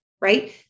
right